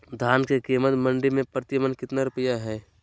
धान के कीमत मंडी में प्रति मन कितना रुपया हाय?